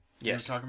Yes